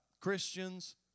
Christians